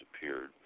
disappeared